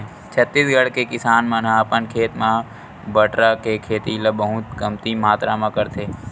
छत्तीसगढ़ के किसान मन ह अपन खेत म बटरा के खेती ल बहुते कमती मातरा म करथे